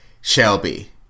Shelby